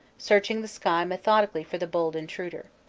searching the sky methodically for the bold intruder.